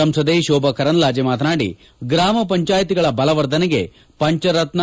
ಸಂಸದೆ ಶೋಭಾ ಕರಂದ್ಲಾಜೆ ಮಾತನಾಡಿ ಗ್ರಾಮ ಪಂಚಾಯಿತಿಗಳ ಬಲವರ್ಧನೆಗೆ ಪಂಚರತ್ನ